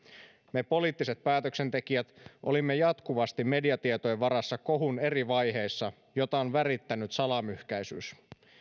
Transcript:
me poliittiset päätöksentekijät olimme jatkuvasti mediatietojen varassa eri vaiheissa kohua jota on värittänyt salamyhkäisyys